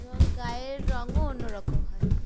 এবং গায়ের রঙও অন্য রকম হয়